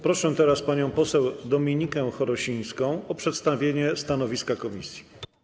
Proszę teraz panią poseł Dominikę Chorosińską o przedstawienie stanowiska komisji.